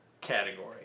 category